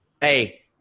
Hey